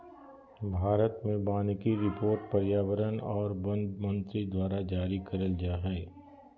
भारत मे वानिकी रिपोर्ट पर्यावरण आर वन मंत्री द्वारा जारी करल जा हय